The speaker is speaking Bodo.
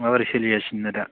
माबोरै सोलिगासिनो दा